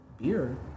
beer